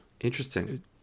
interesting